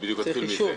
זה חשוב.